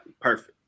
perfect